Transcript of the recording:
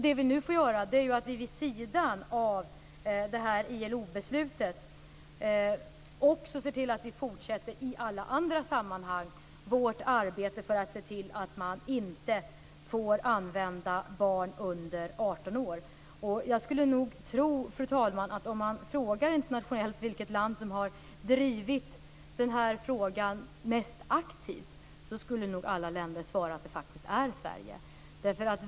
Det vi nu får göra är att vid sidan av det här ILO beslutet också fortsätta vårt arbete i andra sammanhang för att se till att barn under 18 år inte får användas. Jag tror, fru talman, att om man frågar internationellt vilket land som har drivit den här frågan mest aktivt skulle nog alla länder svara att det är Sverige.